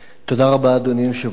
אדוני היושב-ראש,